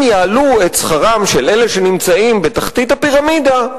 אם יעלו את שכרם של אלה שנמצאים בתחתית הפירמידה,